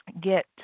get